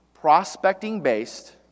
prospecting-based